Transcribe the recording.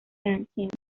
jenkins